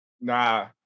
Nah